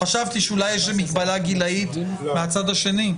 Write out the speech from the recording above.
חשבתי שיש אולי מגבלה גילאית מהצד השני.